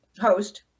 host